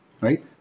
right